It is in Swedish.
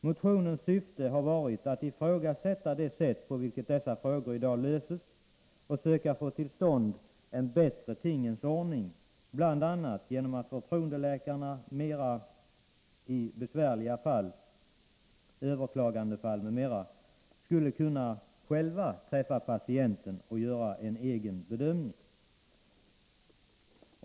Motionens syfte har varit att ifrågasätta det sätt på vilket dessa frågor i dag löses och söka få till stånd en bättre tingens ordning, bl.a. genom att förtroendeläkarna i besvärliga fall — överklagandefall, m.m. — själva skulle få träffa patienten och göra en egen bedömning.